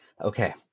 okay